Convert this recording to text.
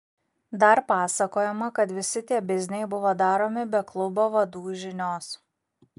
dar pasakojama kad visi tie bizniai buvo daromi be klubo vadų žinios